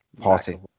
Party